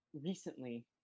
recently